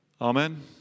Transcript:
Amen